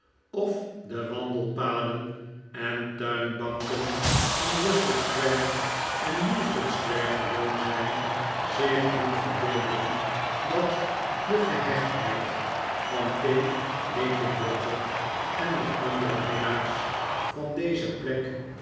of de wandelpaden en tuinbanken van russell square en euston square gewoon zijn zich niet verbeelden dat de gehechtheid van tim linkinwater en de andere minnaars van deze plek